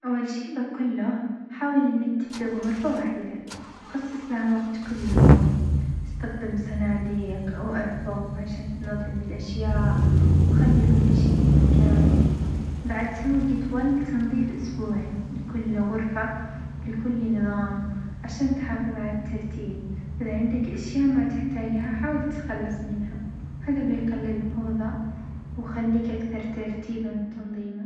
أول شي بقول له حاول إنك تبدأ بغرفة واحدة وخصص لها وقت كل يوم، استخدم صناديق أو أرفف عشان تنظم الأشياء وخلي كل شي في مكانه، بعد سوي جدول تنظيف أسبوعي لكل غرفة ولكل نظام، عشان تحافظ على الترتيب، وإذا عندك إشيا ما تحتاجها حاول تتخلص منها، هذا بيقلل الفوضى ويخليك أكثر ترتيبًا وتنظيمًا.